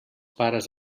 pares